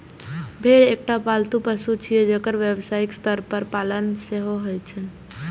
भेड़ एकटा पालतू पशु छियै, जेकर व्यावसायिक स्तर पर पालन सेहो होइ छै